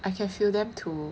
I can feel them too